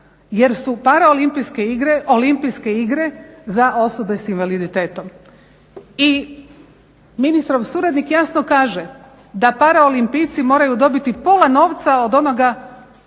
igre Olimpijske igre za osobe sa invaliditetom. I ministrov suradnik jasno kaže, da paraolimpijci moraju dobiti pola novca od onoga